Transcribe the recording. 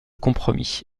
compromis